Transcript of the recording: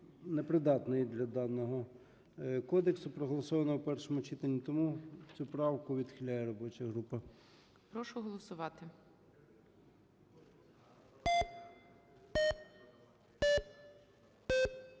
не придатний для даного кодексу, проголосованого в першому читанні. Тому цю правку відхиляє робоча група. ГОЛОВУЮЧИЙ. Прошу голосувати.